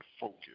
focus